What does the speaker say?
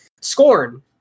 scorn